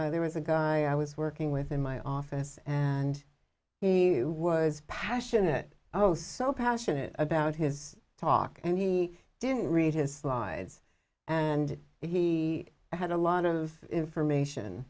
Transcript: them there was a guy i was working with in my office and he was passionate oh so passionate about his talk and he didn't read his slides and he had a lot of information